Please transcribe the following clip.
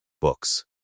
Books